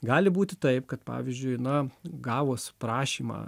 gali būti taip kad pavyzdžiui na gavus prašymą